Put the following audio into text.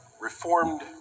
reformed